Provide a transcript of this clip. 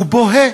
הוא בוהה,